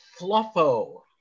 fluffo